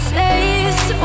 taste